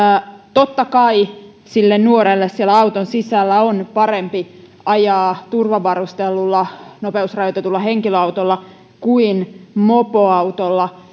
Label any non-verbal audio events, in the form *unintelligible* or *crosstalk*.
totta kai sille nuorelle siellä auton sisällä on parempi ajaa turvavarustellulla nopeusrajoitetulla henkilöautolla kuin mopoautolla *unintelligible*